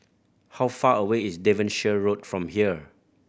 how far away is Devonshire Road from here